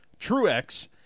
Truex